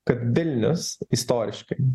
kad vilnius istoriškai